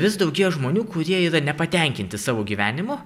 vis daugėja žmonių kurie yra nepatenkinti savo gyvenimu